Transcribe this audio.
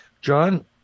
John